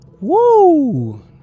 Woo